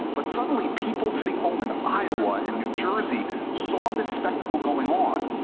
but suddenly, people sitting home in iowa, in new jersey, saw this spectacle going on.